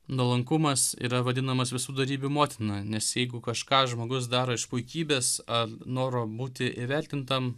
nuolankumas yra vadinamas visų dorybių motina nes jeigu kažką žmogus daro iš puikybės ar noro būti įvertintam